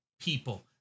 people